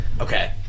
Okay